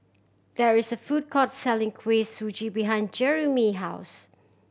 there is a food court selling Kuih Suji behind Jerimy house